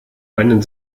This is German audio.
einen